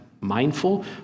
mindful